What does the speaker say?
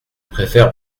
préfère